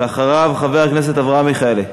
ואחריו, חבר הכנסת אברהם מיכאלי.